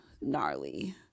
gnarly